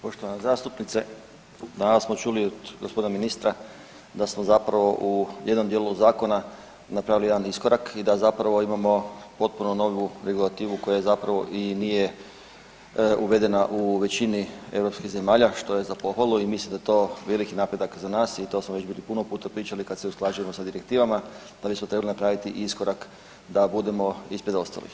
Poštovana zastupnice, danas smo čuli od g. ministra da smo zapravo u jednom dijelu zakona napravili jedan iskorak i da zapravo imamo potpuno novu regulativu koja zapravo i nije uvedena u većini europskih zemalja, što je za pohvalu i mislim da je to veliki napredak za nas i to smo već bili puno puta pričali kad se usklađujemo sa direktivama da bismo trebali napraviti iskorak da budemo ispred ostalih.